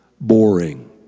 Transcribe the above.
boring